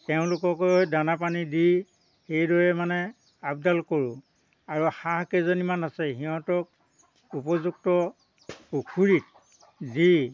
তেওঁলোককো দানা পানী দি সেইদৰে মানে আবদাল কৰোঁ আৰু হাঁহকেইজনীমান আছে সিহঁতক উপযুক্ত পুখৰীত দি